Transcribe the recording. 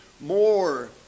more